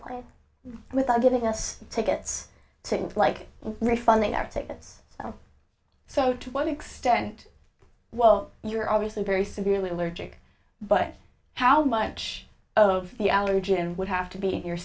plane without getting us tickets to like refunding our tickets so to what extent well you're obviously very severely allergic but how much of the allergen would have to be in your